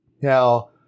Now